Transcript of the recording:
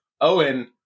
Owen